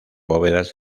bóvedas